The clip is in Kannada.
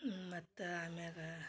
ಮತ್ತು ಆಮ್ಯಾಗ